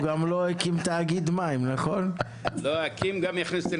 לא משנה אם זה ראש רשות או חבר כנסת או מנכ"ל ארגון שנמצא כאן,